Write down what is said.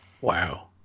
Wow